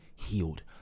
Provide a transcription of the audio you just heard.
healed